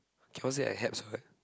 cannot say I help also what